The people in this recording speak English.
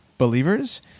believers